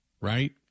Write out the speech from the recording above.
right